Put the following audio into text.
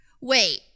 Wait